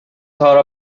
höra